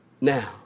Now